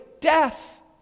death